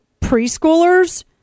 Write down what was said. preschoolers